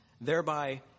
thereby